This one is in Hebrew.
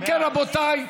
אם כן, רבותיי,